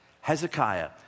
Hezekiah